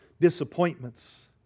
disappointments